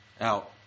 out